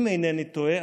אם אינני טועה,